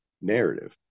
narrative